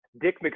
Dick